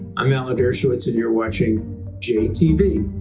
i'm alan dershowitz and you're watching j-tv.